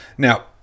Now